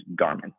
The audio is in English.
Garmin